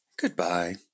goodbye